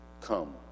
come